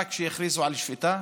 ורק כשהכריזו על שביתה